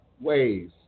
ways